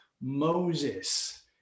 Moses